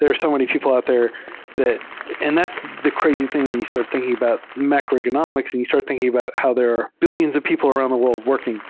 there are so many people out there that and that's the crazy thing when you start thinking about macroeconomics and you start thinking about how there are billions of people around the world working